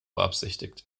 beabsichtigt